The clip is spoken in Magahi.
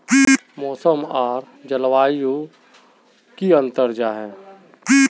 मौसम आर जलवायु युत की अंतर जाहा?